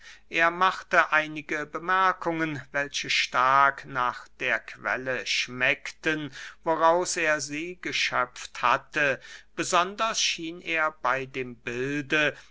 er machte einige bemerkungen welche stark nach der quelle schmeckten woraus er sie geschöpft hatte besonders schien er bey dem bilde